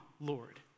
Lord